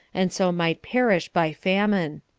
and so might perish by famine.